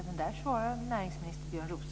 Det är en viss skillnad.